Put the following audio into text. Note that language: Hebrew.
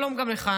שלום גם לך,